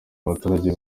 abaturage